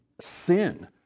sin